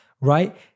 right